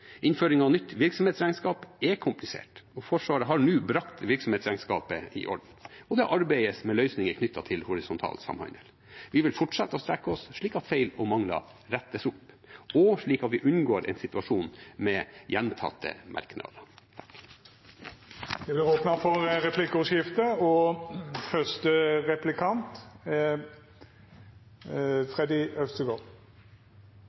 Innføring av nytt virksomhetsregnskap er komplisert, Forsvaret har nå brakt virksomhetsregnskapet i orden, og det arbeides med løsninger knyttet til horisontal samhandel. Vi vil fortsette med å strekke oss slik at feil og mangler rettes opp, og slik at vi unngår en situasjon med gjentatte merknader.